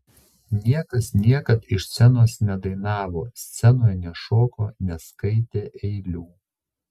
niekas niekad iš scenos nedainavo scenoje nešoko neskaitė eilių